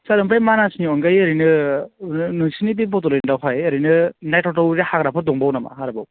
सार आमफ्राय मानासनि अनगायै ओरैनो जों नोंसिनि बे बड'लेण्डआवहाय ओरैनो नायथाव थाव हाग्राफोर दंबावो नामा आरोबाव